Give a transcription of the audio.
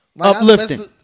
Uplifting